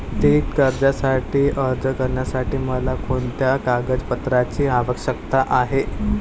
वैयक्तिक कर्जासाठी अर्ज करण्यासाठी मला कोणत्या कागदपत्रांची आवश्यकता आहे?